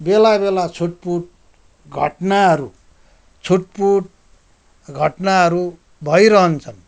बेला बेला छुटपुट घटनाहरू छुटपुट घटनाहरू भइरहन्छन्